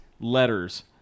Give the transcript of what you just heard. letters